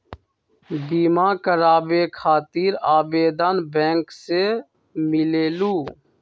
बिमा कराबे खातीर आवेदन बैंक से मिलेलु?